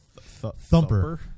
thumper